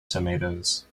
tomatoes